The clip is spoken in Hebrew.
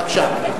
בבקשה.